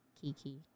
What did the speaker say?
Kiki